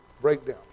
breakdown